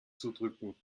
zudrücken